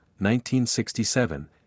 1967